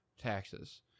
taxes